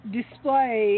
display